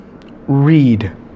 read